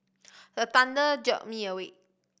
the thunder jolt me awake